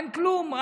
אין כלום,